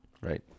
right